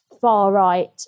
far-right